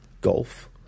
golf